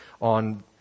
on